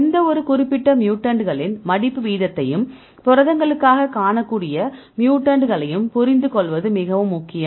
எந்தவொரு குறிப்பிட்ட மியூட்டன்ட்களின் மடிப்பு வீதத்தையும் புரதங்களுக்காக காணக்கூடிய மியூட்டன்ட்களையும் புரிந்து கொள்வது மிகவும் முக்கியம்